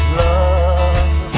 love